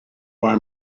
buy